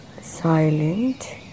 silent